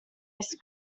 ice